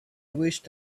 wished